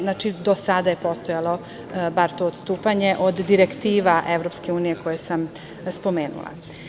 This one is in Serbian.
Znači, do sada je postojalo bar to odstupanje, od direktiva EU, koje sam spomenula.